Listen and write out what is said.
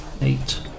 Eight